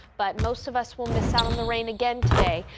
but most of us will miss out on the rain again today,